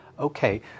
Okay